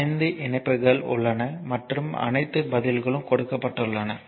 5 இணைப்புகள் உள்ளன மற்றும் அனைத்து பதில்களும் கொடுக்கப்பட்டுள்ளன